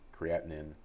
creatinine